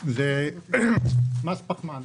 מס פחמן.